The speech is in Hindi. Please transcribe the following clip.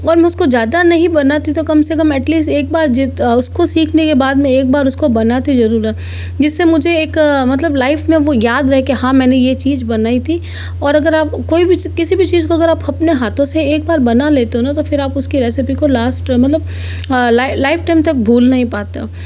और मै उसको ज़्यादा नहीं बनती तो कम से कम एट लिस्ट एक बार उसको सीखने के बाद में एक बार उसको बनाती जरूर हूँ जिससे मुझे एक मतलब लाइफ में वो याद रहे कि हाँ मैंने यह चीज बनाई थी और अगर आप कोई भी किसी भी चीज को अगर आप अपने हाथों से एक बार बना लेते हो ना तो फिर आप उसकी रेसिपी को लास्ट में लाइफ टाइम तक भूल नहीं पाते हो